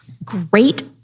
great